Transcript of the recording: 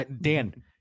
Dan